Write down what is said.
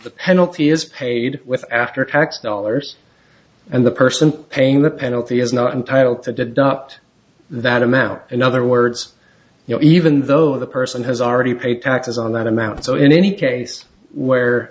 the penalty is paid with after tax dollars and the person paying the penalty is not entitled to deduct that amount in other words you know even though the person has already paid taxes on that amount so in any case where